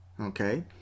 Okay